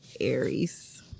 Aries